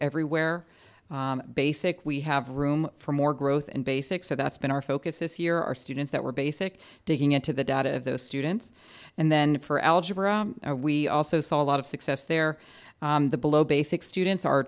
everywhere basic we have room for more growth in basic so that's been our focus this year our students that were basic digging into the data of those students and then for algebra we also saw a lot of success there the below basic students